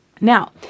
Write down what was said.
Now